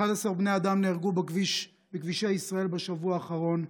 11 בני אדם נהרגו בכבישי ישראל בשבוע האחרון,